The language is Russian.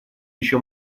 еще